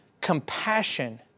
compassion